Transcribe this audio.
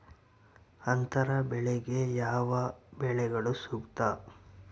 ಅಂತರ ಬೆಳೆಗೆ ಯಾವ ಬೆಳೆಗಳು ಸೂಕ್ತ?